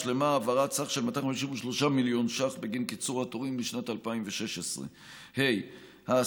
הושלמה העברת 253 מיליון ש"ח בגין קיצור התורים לשנת 2016. ה.